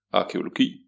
arkeologi